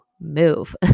move